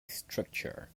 structure